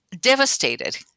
devastated